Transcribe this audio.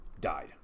died